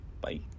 bye